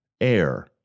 air